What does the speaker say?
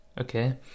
Okay